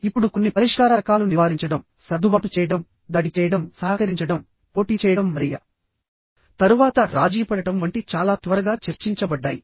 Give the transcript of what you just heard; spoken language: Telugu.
ఇప్పుడు కొన్ని పరిష్కార రకాలు నివారించడం సర్దుబాటు చేయడం దాడి చేయడం సహకరించడం పోటీ చేయడం మరియు తరువాత రాజీపడటం వంటి చాలా త్వరగా చర్చించబడ్డాయి